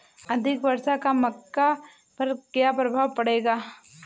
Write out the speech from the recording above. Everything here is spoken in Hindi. अधिक वर्षा का मक्का पर क्या प्रभाव पड़ेगा?